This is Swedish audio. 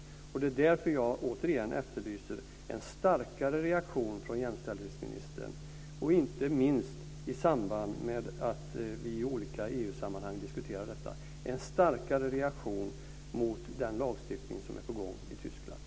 Därför efterlyser jag återigen en starkare reaktion från jämställdhetsministern, inte minst i samband med att vi i olika EU-sammanhang diskuterar detta, en starkare reaktion mot den lagstiftning som är på gång i Tyskland.